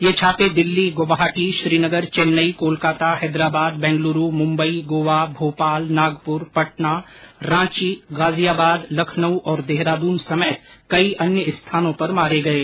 ये छापे दिल्ली ग्वाहाटी श्रीनगर र्चन्नई कोलकाता हैदराबाद बेंगलुरू मुम्बई गोवा भोपाल नागपुर पटना रांची गाजियाबाद लखनऊ और देहरादून समेत कई अन्य स्थानों पर मारे गये